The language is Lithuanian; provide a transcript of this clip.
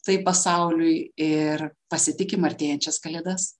tai pasauliui ir pasitikim artėjančias kalėdas